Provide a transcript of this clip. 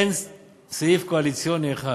אין סעיף קואליציוני אחד,